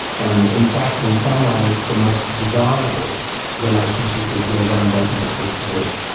and in fact, in some ways the most desirable relationship is where one doesn't exist at all.